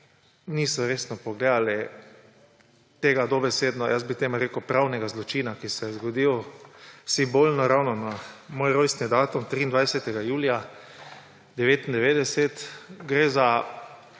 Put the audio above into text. niso resno pogledali tega dobesedno, jaz bi rekel temu, pravnega zločina, ki se je zgodil simbolno ravno na moj rojstni datum – 23. julija 1999. Gre za